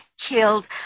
killed